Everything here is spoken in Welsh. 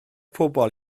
pobl